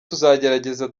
tuzagerageza